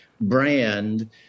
brand